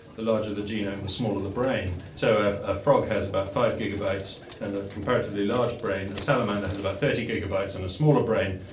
the larger the genome the smaller the brain. so a frog has about five gigabases and a comparably large brain, a salamander has about thirty gigabases and a smaller brain,